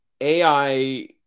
AI